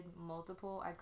multiple